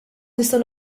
nistgħu